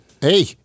Hey